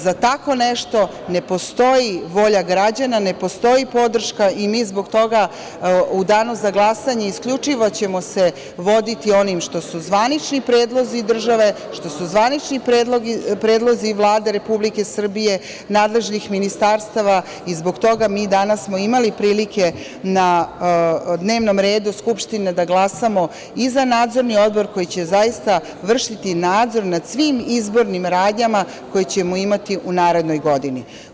Za tako nešto ne postoji volja građana, ne postoji podrška i mi zbog toga u Danu za glasanje isključivo ćemo se voditi onim što su zvanični predlozi države, što su zvanični predlozi Vlade Republike Srbije, nadležnih ministarstava i zbog toga mi danas smo imali prilike na dnevnom redu Skupštine da glasamo i za nadzorni odbor koji će zaista vršiti nadzor nad svim izbornim radnjama koje ćemo imati u narednoj godini.